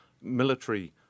military